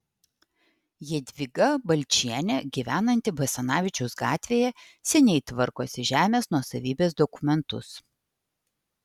jadvyga balčienė gyvenanti basanavičiaus gatvėje seniai tvarkosi žemės nuosavybės dokumentus